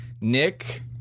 Nick